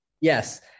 Yes